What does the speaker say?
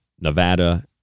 Nevada